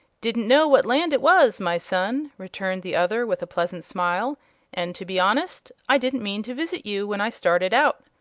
didn't know what land it was, my son, returned the other, with a pleasant smile and, to be honest, i didn't mean to visit you when i started out.